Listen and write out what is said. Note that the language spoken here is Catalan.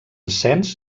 cens